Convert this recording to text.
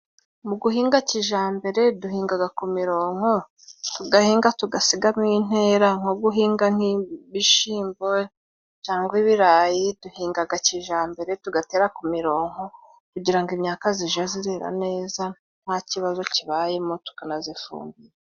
Mu guhinga kijambere duhingaga ku mironko tugahinga tugasigamo intera, nko guhinga nk'ibishimbo cyangwa ibirayi duhingaga kijambere tugatera ku mironko, kugira ngo imyaka zije zirera neza nta kibazo kibayemo tukanazifumbira.